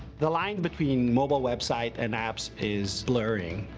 the line between mobile website and apps is blurring.